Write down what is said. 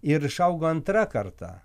ir išaugo antra karta